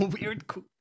Weird